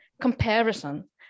comparison